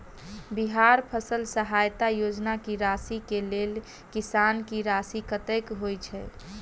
बिहार फसल सहायता योजना की राशि केँ लेल किसान की राशि कतेक होए छै?